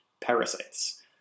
parasites